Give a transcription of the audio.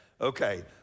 Okay